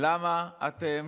למה אתם